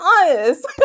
honest